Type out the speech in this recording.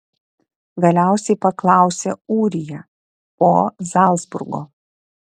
galiausiai paklausė ūrija po zalcburgo